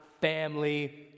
family